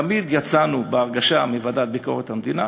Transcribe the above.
תמיד יצאנו מהוועדה לביקורת המדינה